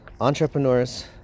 entrepreneurs